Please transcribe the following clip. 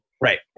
Right